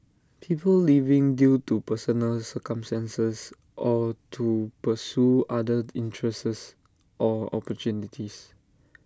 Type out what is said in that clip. people leaving due to personal circumstances or to pursue other interests or opportunities